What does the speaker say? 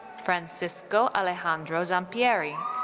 francisco alejandro zampieri.